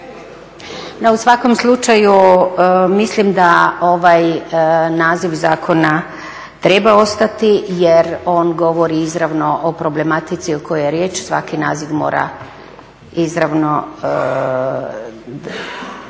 u svakom slučaju mislim da ovaj naziv zakona treba ostati jer on govori izravno o problematici o kojoj je riječ, svaki naziv mora izravno